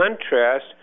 contrast